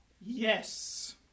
Yes